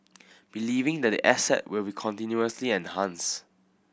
believing that the asset will be continuously enhanced